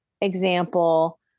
example